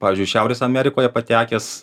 pavyzdžiui šiaurės amerikoje patekęs